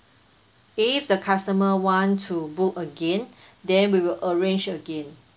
if the customer want to book again then we will arrange again